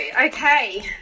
okay